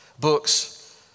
books